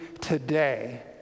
today